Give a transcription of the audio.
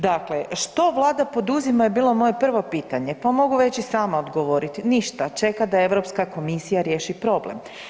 Dakle, što vlada poduzima je bilo moje prvo pitanje, pa mogu već i sama odgovoriti, ništa čeka da Europska komisija riješi problem.